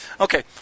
Okay